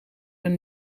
een